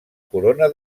corona